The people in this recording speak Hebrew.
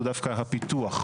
הוא דווקא הפיתוח.